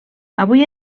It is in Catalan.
avui